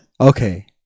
Okay